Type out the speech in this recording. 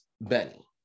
benny